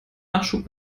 nachschub